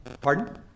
Pardon